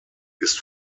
ist